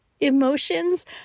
Emotions